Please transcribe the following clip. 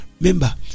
Remember